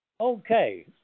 Okay